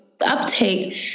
uptake